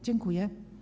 Dziękuję.